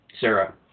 Sarah